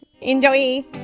enjoy